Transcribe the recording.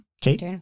Kate